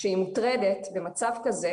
כאשר היא מוטרדת במצב כזה,